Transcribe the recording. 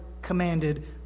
commanded